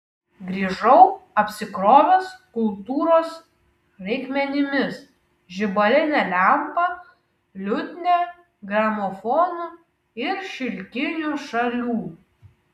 grįžau apsikrovęs kultūros reikmenimis žibaline lempa liutnia gramofonu ir šilkiniu šalių